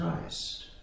Christ